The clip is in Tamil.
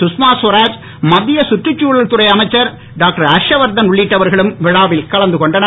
சுஸ்மா சுவராத் மத்திய சுற்றுச்தழல் துறை அமைச்சர் டாக்டர் ஹர்ஷவரதன் உள்ளிட்டவர்களும் விழாவில் கலந்து கொண்டனர்